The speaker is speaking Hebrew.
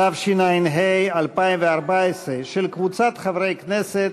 התשע"ה 2014, של קבוצת חברי הכנסת,